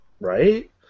Right